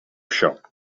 shop